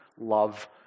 love